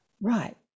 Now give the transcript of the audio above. Right